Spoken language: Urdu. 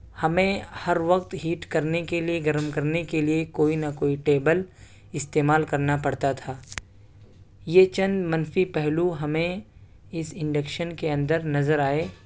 ہمیں ہر وقت ہیٹ کرنے کے لیے گرم کرنے کے لیے کوئی نہ کوئی ٹیبل استعمال کرنا پڑتا تھا یہ چند منفی پہلو ہمیں اس انڈکشن کے اندر نظر آئے